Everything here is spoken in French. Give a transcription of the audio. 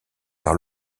par